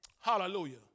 Hallelujah